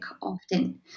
often